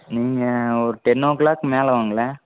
நீங்கள் ஒரு ten o'clock மேலே வாங்களேன்